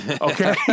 okay